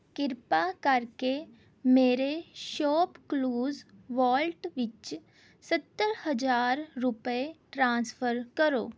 ਕਿਰਪਾ ਕਰਕੇ ਮੇਰੇ ਸ਼ੌਪਕਲੂਸ ਵਾਲਟ ਵਿੱਚ ਸੱਤਰ ਹਜ਼ਾਰ ਰੁਪਏ ਟ੍ਰਾਂਸਫਰ ਕਰੋ